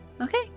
Okay